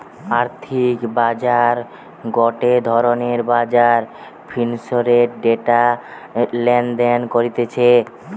আর্থিক বাজার গটে ধরণের বাজার ফিন্যান্সের ডেটা লেনদেন করতিছে